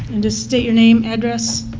and just state your name, address.